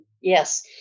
yes